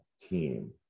team